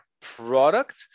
product